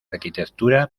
arquitectura